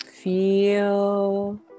Feel